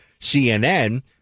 CNN